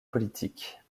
politiques